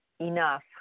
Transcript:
enough